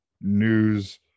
news